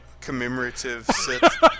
commemorative